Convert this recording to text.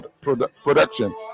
production